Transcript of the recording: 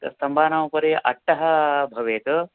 तत् स्तम्भानाम् उपरि अट्टः भवेत्